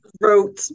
wrote